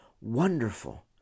wonderful